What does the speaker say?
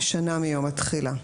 שנה מיום התחילה.